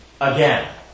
again